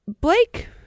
Blake